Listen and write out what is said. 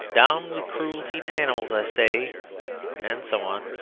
down with croolty to animals, i say and so on.